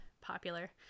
popular